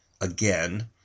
again